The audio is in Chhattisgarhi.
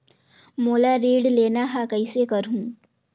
मोला ऋण लेना ह, कइसे करहुँ?